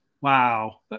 wow